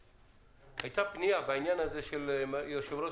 הייתה פנייה בעניין הזה של יושב-ראש